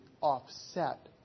offset